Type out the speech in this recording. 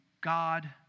God